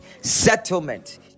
settlement